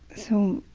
so,